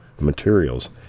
materials